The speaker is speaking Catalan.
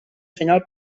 senyal